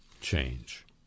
Change